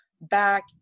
back